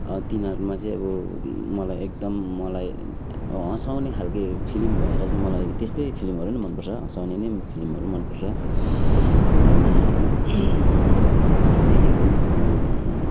तिनीहरूमा चाहिँ अब मलाई एकदम मलाई हँसाउने खालाको फिल्म भएर चाहिँ मलाई त्यसतै फिल्महरू नै मन पर्छ हसाँउने नै फिल्महरू मनपर्छ अनि त्यही हो